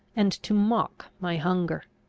and to mock my hunger.